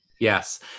Yes